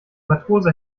matrose